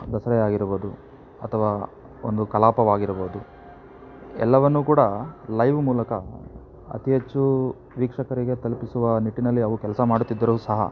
ದಸರಾ ಆಗಿರ್ಬೌದು ಅಥವಾ ಒಂದು ಕಲಾಪವಾಗಿರ್ಬೌದು ಎಲ್ಲವನ್ನೂ ಕೂಡ ಲೈವ್ ಮೂಲಕ ಅತಿ ಹೆಚ್ಚು ವೀಕ್ಷಕರಿಗೆ ತಲುಪಿಸುವ ನಿಟ್ಟಿನಲ್ಲಿ ಅವು ಕೆಲಸ ಮಾಡುತ್ತಿದ್ದರೂ ಸಹ